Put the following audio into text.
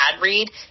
read –